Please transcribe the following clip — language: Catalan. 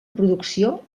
producció